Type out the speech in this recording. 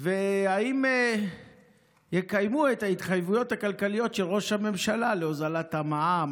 2. האם יקיימו את ההתחייבויות הכלכליות של ראש הממשלה להוזלת המע"מ,